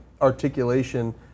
articulation